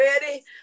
ready